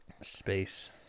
space